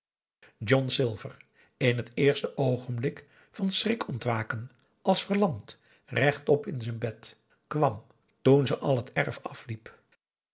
john silver in t eerste oogenblik van schrikontwaken als verlamd rechtop in z'n bed kwam toen ze al het erf afliep